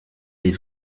les